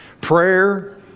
prayer